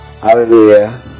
Hallelujah